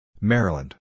Maryland